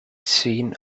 scene